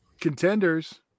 contenders